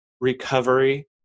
recovery